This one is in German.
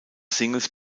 singles